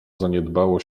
zaniedbało